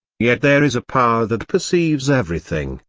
yet there is a power that perceives everything,